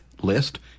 list